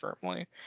firmly